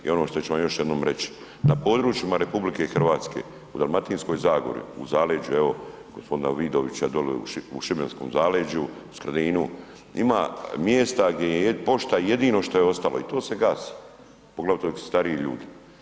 I ono što ću vam još jednom reć, na područjima RH u Dalmatinskoj zagori u Zaleđu evo gospodina Vidovića doli u Šibenskom zaleđu, Skradinu ima mjesta gdje je pošta jedino što je ostalo i to se gasi, poglavito ak su stariji ljudi.